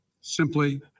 simply